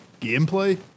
gameplay